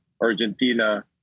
Argentina